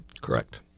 Correct